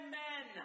men